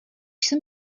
jsem